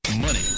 Money